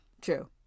True